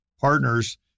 partners